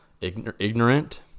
ignorant